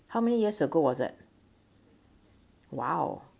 how many years ago was that !wow!